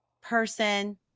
person